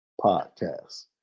podcast